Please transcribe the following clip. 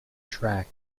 track